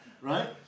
Right